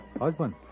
Husband